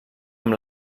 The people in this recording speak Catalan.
amb